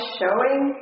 showing